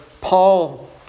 Paul